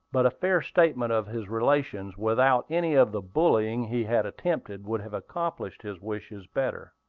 but a fair statement of his relations, without any of the bullying he had attempted, would have accomplished his wishes better.